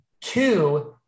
Two